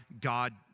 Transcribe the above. God